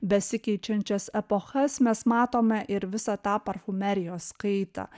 besikeičiančias epochas mes matome ir visą tą parfumerijos kaitą